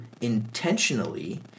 intentionally